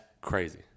crazy